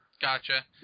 Gotcha